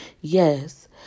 Yes